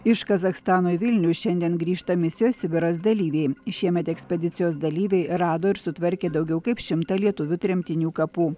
iš kazachstano į vilnių šiandien grįžta misijos sibiras dalyviai šiemet ekspedicijos dalyviai rado ir sutvarkė daugiau kaip šimtą lietuvių tremtinių kapų